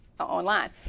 online